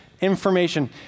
information